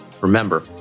Remember